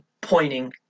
pointing